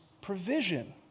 provision